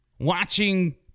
watching